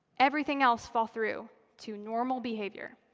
everything else fall through to normal behavior.